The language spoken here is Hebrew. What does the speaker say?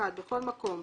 (1)בכל מקום,